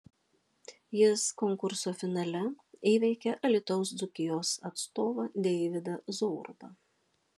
jis konkurso finale įveikė alytaus dzūkijos atstovą deividą zorubą